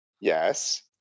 Yes